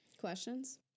Questions